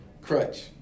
crutch